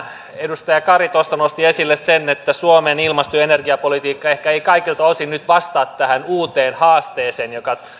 edustaja kari nosti esille sen että suomen ilmasto ja energiapolitiikka ei ehkä kaikilta osin nyt vastaa tähän uuteen haasteeseen joka